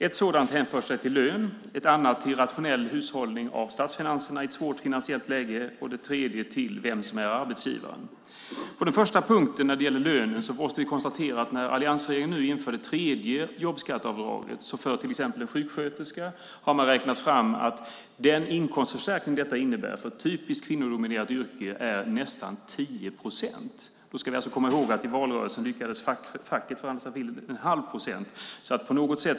Ett sådant hänför sig till lön, ett annat till rationell hushållning av statsfinanserna i ett svårt finansiellt läge och det tredje till vem som är arbetsgivaren. På den första punkten som gäller lönen har man räknat fram att det tredje jobbskatteavdraget som alliansregeringen nu inför innebär en inkomstförstärkning för dem i typiskt kvinnodominerade yrken, till exempel sjuksköterskor, med nästan 10 procent. Då ska vi komma ihåg att i valrörelsen lyckades facket förhandla sig till 1⁄2 procent.